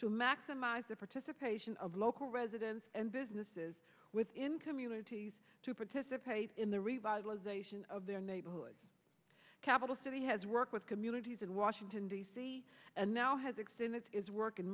to maximize the participation of local residents and businesses within communities to participate in the revitalization of their neighborhoods capital city has worked with communities in washington d c and now has extended is work in